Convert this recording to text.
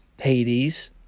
Hades